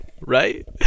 Right